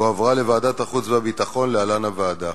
והועברה לוועדת החוץ והביטחון, להלן: הוועדה.